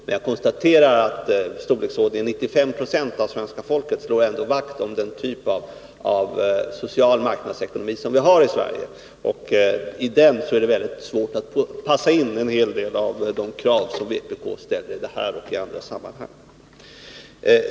Men jag konstaterar att 95 960 av svenska folket slår vakt om den typ av social marknadsekonomi som vi har i Sverige. I den är det svårt att passa in en hel del av de krav som vpk ställer i detta och i andra sammanhang.